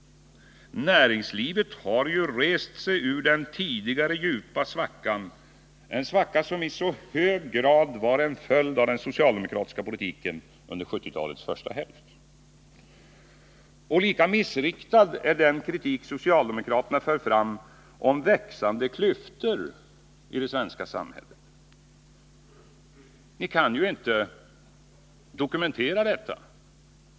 Näringslivet har rest sig ur den tidigare djupa svackan, som i hög grad var en följd av den socialdemokratiska politiken under 1970-talets första hälft. Lika missriktad är den kritik socialdemokraterna för fram om växande klyftor i det svenska samhället. Ni kan ju inte dokumentera detta.